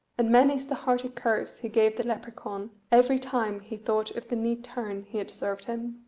and many's the hearty curse he gave the lepracaun every time he thought of the neat turn he had served him.